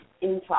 inside